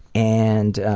and,